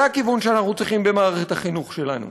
זה הכיוון שאנחנו צריכים במערכת החינוך שלנו.